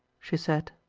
she said.